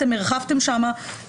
אתם הרחבתם שמה,